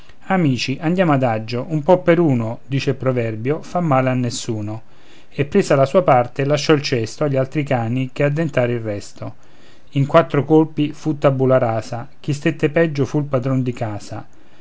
amici andiamo adagio un po per uno dice il proverbio fa male a nessuno e presa la sua parte lasciò il cesto agli altri cani che addentr il resto in quattro colpi fu tabula rasa chi stette peggio fu il padron di casa